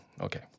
Okay